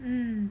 mmhmm